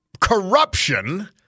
corruption